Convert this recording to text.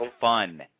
fun